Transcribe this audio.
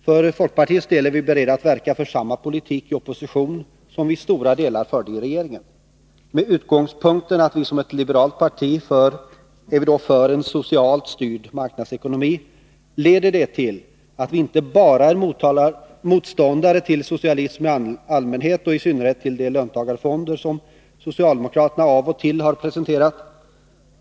För folkpartiets del är vi beredda att verka för samma politik i opposition som vi i stora delar förde i regeringen. Med utgångspunkten att vi som ett liberalt parti är för den socialt styrda marknadsekonomin leder det till att vi inte bara är motståndare till socialismen i allmänhet och i synnerhet till de löntagarfonder som socialdemokraterna av och till har presenterat.